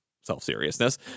self-seriousness